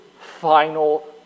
final